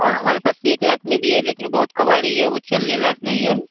और हमारे पास तो एक लाख में भी है लेकिन वह बहुत कबाड़ी है वह चलने लायक़ नहीं है